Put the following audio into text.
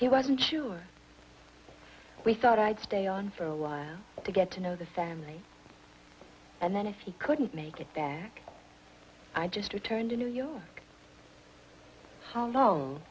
he wasn't sure if we thought i'd stay on for a while to get to know the family and then if you couldn't make it back i just returned to new york ho